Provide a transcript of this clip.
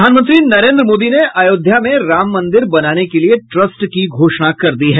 प्रधानमंत्री नरेन्द्र मोदी ने अयोध्या में राम मंदिर बनाने के लिए ट्रस्ट की घोषणा कर दी है